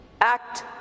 Act